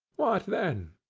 what then?